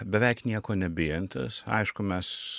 beveik nieko nebijantis aišku mes